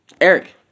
Eric